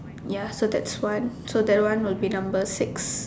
ya so that's one that one would be number six